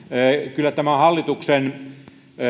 tämä hallituksen